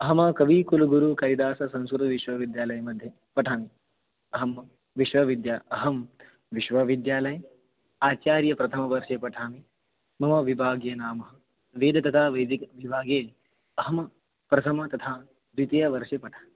अहं कविकुलगुरूकालिदाससंस्कृतविश्वविद्यालयमध्ये पठामि अहं विश्वविद्यालये अहं विश्वविद्यालये आचार्यप्रथमवर्षे पठामि मम विभागं नाम वेदाः तथा वैदिकविभागे अहं प्रथमं तथा द्वितीयवर्षे पठामि